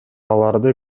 аларды